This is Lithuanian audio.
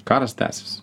karas tęsis